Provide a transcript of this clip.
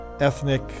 ethnic